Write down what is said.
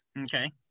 Okay